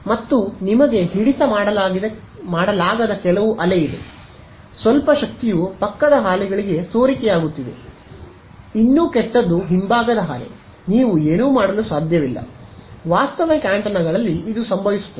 ಮತ್ತು ನಿಮಗೆ ಹಿಡಿತ ಮಾಡಲಾಗದ ಕೆಲವು ಅಲೆ ಇದೆ ಸ್ವಲ್ಪ ಶಕ್ತಿಯು ಪಕ್ಕದ ಹಾಲೆಗಳಿಗೆ ಸೋರಿಕೆಯಾಗುತ್ತಿದೆ ಇನ್ನೂ ಕೆಟ್ಟದ್ದು ಹಿಂಭಾಗದ ಹಾಲೆ ನೀವು ಏನೂ ಮಾಡಲು ಸಾಧ್ಯವಿಲ್ಲ ವಾಸ್ತವಿಕ ಆಂಟೆನಾಗಳಲ್ಲಿ ಇದು ಸಂಭವಿಸುತ್ತದೆ